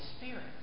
spirit